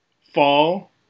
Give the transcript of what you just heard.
Fall